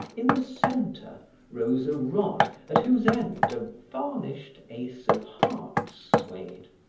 in the center rose a rod at whose end a varnished ace of hearts swayed.